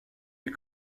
ait